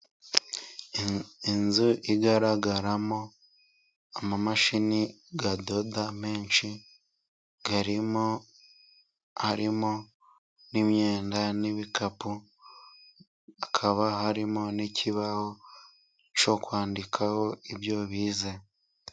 Inzu igaragaramo amamashini adoda menshi arimo. Harimo n'myenda n'ibikapu, hakaba harimo n'ikibaho bashobora kwandikaho ibyo bize.